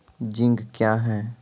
Zinc क्या हैं?